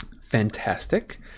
Fantastic